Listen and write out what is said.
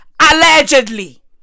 Allegedly